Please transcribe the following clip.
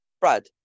Brad